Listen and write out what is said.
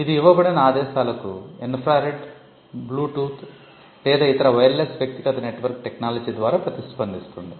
ఇది ఇవ్వబడిన ఆదేశాలకు ఇన్ఫ్రా రెడ్ బ్లూటూత్ లేదా ఇతర వైర్లెస్ వ్యక్తిగత నెట్వర్క్ టెక్నాలజీ ద్వారా ప్రతిస్పందిస్తుంది